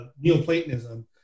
Neoplatonism